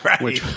right